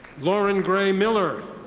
lauren gray miller.